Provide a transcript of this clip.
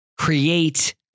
create